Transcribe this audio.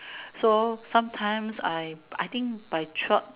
so sometimes I I think by twelve